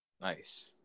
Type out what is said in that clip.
Nice